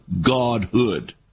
Godhood